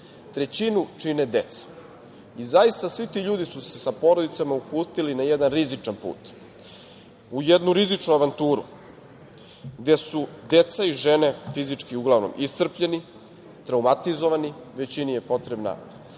trećinu čine deca. Zaista, svi ti ljudi su se sa porodicama uputili na jedan rizičan put, u jednu rizičnu avanturu, gde su deca i žene fizički uglavnom iscrpljeni, traumatizovani i većini je potrebna